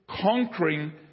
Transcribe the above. conquering